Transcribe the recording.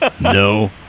No